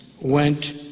went